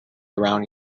around